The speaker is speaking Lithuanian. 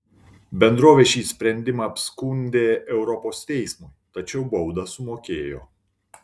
bendrovė šį sprendimą apskundė europos teismui tačiau baudą sumokėjo